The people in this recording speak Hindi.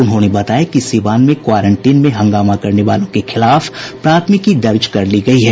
उन्होंने बताया कि सीवान में क्वारंटीन में हंगामा करने वालों के खिलाफ प्राथमिकी दर्ज कर ली गयी है